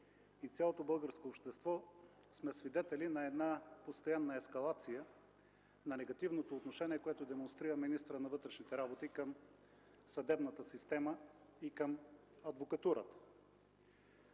и цялото българско общество, сме свидетели на една постоянна ескалация на негативното отношение, което демонстрира министърът на вътрешните работи към съдебната система и към адвокатурата.